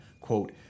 Quote